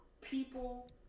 people